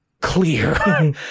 clear